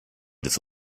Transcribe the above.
des